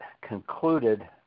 concluded